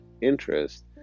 interest